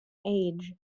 age